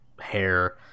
hair